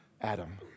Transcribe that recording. Adam